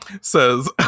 says